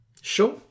Sure